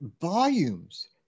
volumes